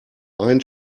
ein